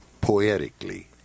poetically